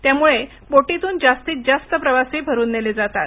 त्यामुळे बोटीतून जास्तीतजास्त प्रवासी भरून नेले जातात